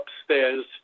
upstairs